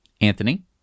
Anthony